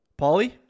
Pauly